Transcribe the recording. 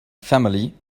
family